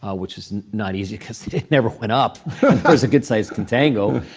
ah which is not easy because it never went up there was a good-sized contango